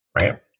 right